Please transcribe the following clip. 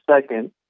second